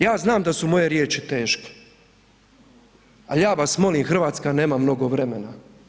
Ja znam da su moje riječi teške, ali ja vas molim, Hrvatska nema mnogo vremena.